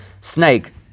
snake